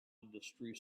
industry